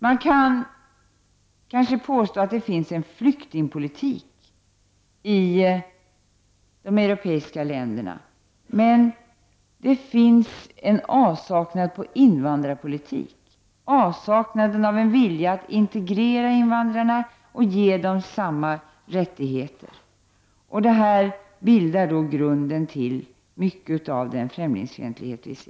Man kan kanske påstå att det finns en flyktingpolitik i flera europeiska länder, men det saknas en invandrarpolitik, dvs. en vilja att integrera invandrarna och ge dem samma rättigheter som övriga invånare i landet. Detta bildar då grunden till mycket av den främlingsfientlighet som vi ser.